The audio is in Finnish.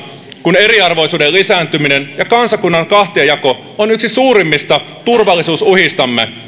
kun eriarvoisuuden lisääntyminen ja kansakunnan kahtiajako on yksi suurimmista turvallisuusuhistamme